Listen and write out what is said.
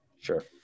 Sure